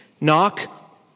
knock